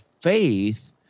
faith